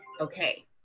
Okay